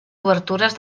obertures